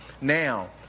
now